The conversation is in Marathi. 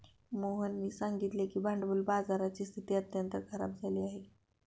मोहननी सांगितले की भांडवल बाजाराची स्थिती अत्यंत खराब झाली आहे